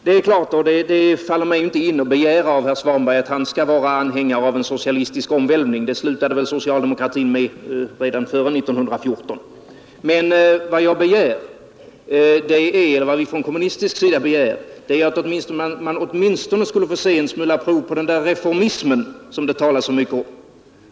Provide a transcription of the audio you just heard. Det är klart att det inte faller mig in att av herr Svanberg begära att han skall vara anhängare av tanken på en socialistisk omvälvning. Det slutade väl socialdemokratin med redan före 1914. Vad vi från kommunistisk sida begär är att man åtminstone skulle få se en smula prov på den reformism som det talas så mycket om.